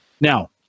Now